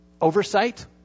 oversight